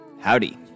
Howdy